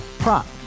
Prop